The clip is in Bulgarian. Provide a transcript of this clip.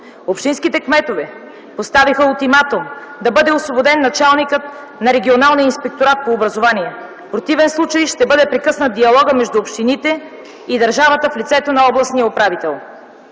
Общинските кметове поставиха ултиматум да бъде освободен началникът на Регионалния инспекторат по образованието, в противен случай ще бъде прекъснат диалогът между общините и държавата в лицето на областния управител.